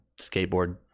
skateboard